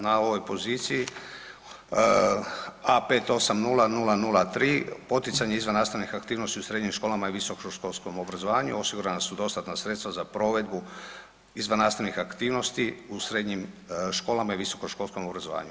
Na ovoj poziciji A580003 poticanje izvan nastavnih aktivnosti u srednjim školama i visokoškolskom obrazovanju osigurana su dostatna sredstva za provedbu izvan nastavnih aktivnosti u srednjim školama i visokoškolskom obrazovanju.